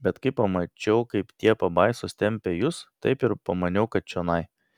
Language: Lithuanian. bet kai pamačiau kaip tie pabaisos tempia jus taip ir pamaniau kad čionai